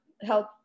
help